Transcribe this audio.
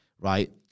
right